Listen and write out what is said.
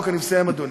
אני מסיים, אדוני.